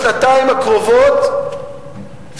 בשנתיים הקרובות,